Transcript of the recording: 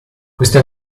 queste